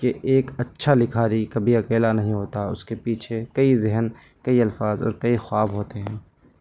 کہ ایک اچھا لکھاری کبھی اکیلا نہیں ہوتا اس کے پیچھے کئی ذہن کئی الفاظ اور کئی خواب ہوتے ہیں